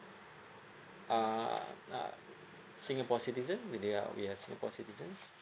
uh uh singapore citizen with we are we are singapore citizen